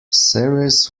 ceres